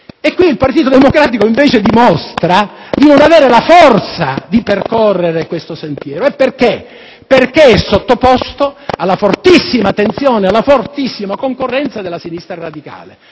il partito democratico dimostra di non avere la forza di percorrere questo sentiero perché è sottoposto alla fortissima tensione e alla fortissima concorrenza della sinistra radicale.